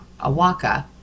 Awaka